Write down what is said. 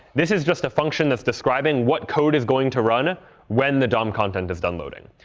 this is just a function that's describing what code is going to run when the dom content is done loading.